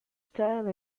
style